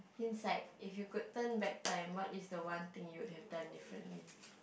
inside if you could turn back time what is the one thing you would have done differently